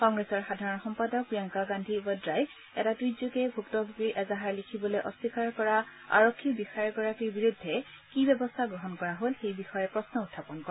কংগ্ৰেছৰ সাধাৰণ সম্পাদক প্ৰিয়ংকা গান্ধী ৱদ্ৰাই এটা টুইটযোগে ভূক্তভোগীৰ এজাহাৰ লিখিবলৈ অস্নীকাৰ কৰা আৰক্ষী বিষয়াগৰাকীৰ বিৰুদ্ধে কি ব্যৱস্থা গ্ৰহণ কৰা হ'ল সেই বিষয়ে প্ৰশ্ন উখাপন কৰে